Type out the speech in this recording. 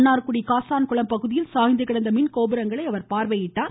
மன்னார்குடி காசான்குளம் பகுதியில் சாய்ந்து கிடந்த மின்கோபுரங்களை அவர் பார்வையிட்டார்